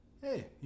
Hey